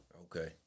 Okay